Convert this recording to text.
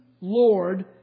Lord